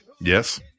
Yes